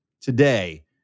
today